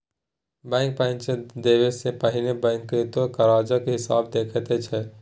bank पैंच देबा सँ पहिने बकिऔता करजाक हिसाब देखैत छै